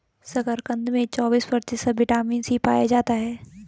शकरकंद में चौबिस प्रतिशत विटामिन सी पाया जाता है